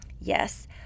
yes